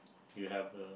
you have uh